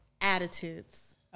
attitudes